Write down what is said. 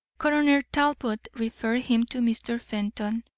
coroner talbot referred him to mr. fenton,